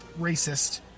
racist